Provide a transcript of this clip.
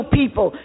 people